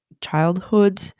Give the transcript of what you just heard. childhood